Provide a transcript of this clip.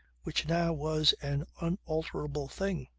which now was an unalterable thing.